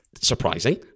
surprising